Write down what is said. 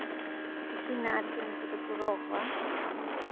ᱤᱥᱤᱱᱟ ᱟᱨᱠᱤ ᱩᱱᱠᱩ ᱫᱚᱠᱚ ᱨᱚ ᱠᱚᱣᱟ